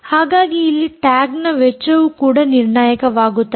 ಹಾಗಾಗಿ ಇಲ್ಲಿ ಟ್ಯಾಗ್ನ ವೆಚ್ಚವು ಕೂಡ ನಿರ್ಣಾಯಕವಾಗುತ್ತದೆ